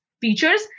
features